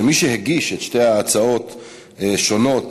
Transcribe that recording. שמי שהגיש את שתי ההצעות השונות,